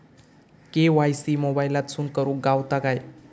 KYC मोबाईलातसून करुक गावता काय?